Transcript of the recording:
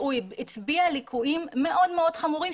הוא הצביע על ליקויים מאוד מאוד חמורים,